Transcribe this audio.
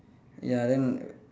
ya then